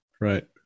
right